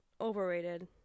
overrated